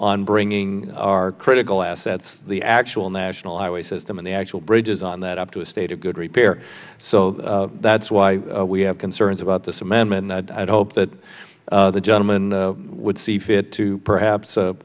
on bringing our critical assets the actual national highway system and the actual bridges on that up to a state of good repair so that's why we have concerns about this amendment and i'd hope that the gentleman would see fit to perhaps